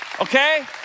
Okay